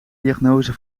diagnose